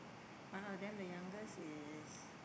one of them the youngest is